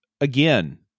again